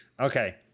Okay